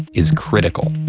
is critical.